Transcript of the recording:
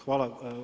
Hvala.